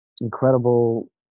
incredible